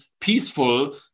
peaceful